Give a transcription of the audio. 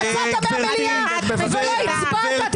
יצאת מהמליאה ולא הצבעת.